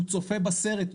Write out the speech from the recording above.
הוא צופה בסרט,